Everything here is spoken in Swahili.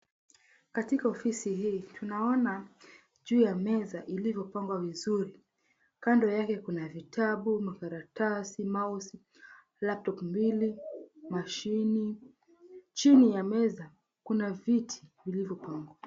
Katika ofisi hii, tunaona juu ya meza iliyopangwa vizuri. Kando yake kuna vitabu, makaratasi, mouse , laptop mbili, mashine. Chini ya meza kuna viti vilivyopangwa.